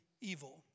evil